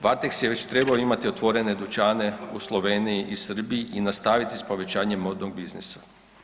Varteks je već trebao imati otvorene dućane u Sloveniji i Srbiji i nastaviti s povećanjem modnog biznisa.